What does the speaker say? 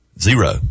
Zero